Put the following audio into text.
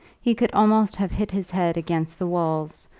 he could almost have hit his head against the walls,